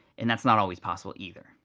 and that's not always possible either.